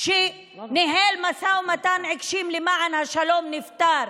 שניהל משא ומתן עיקש למען השלום, נפטר.